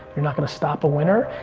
you're not going to stop a winner.